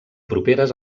properes